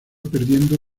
perdiendo